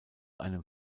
einem